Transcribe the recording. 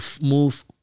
move